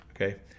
Okay